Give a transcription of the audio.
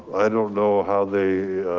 i don't know how they,